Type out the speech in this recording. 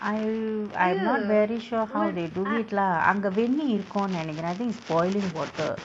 I will I'm not very sure how they do it lah அங்க வெண்ணீர் இருக்கு நெனைக்குர:anga venniir irukku nenaikkura I think it's boiling water